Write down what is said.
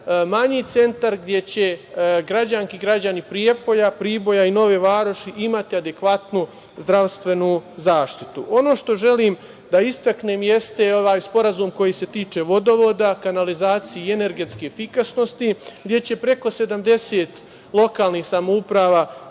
manji centar gde će građanke i građani Prijepolja, Priboja i Nove Varoši imati adekvatnu zdravstvenu zaštitu. Ono što želim da istaknem jeste ovaj sporazum koji se tiče vodovoda, kanalizacije i energetske efikasnosti, gde će preko 70 lokalnih samouprava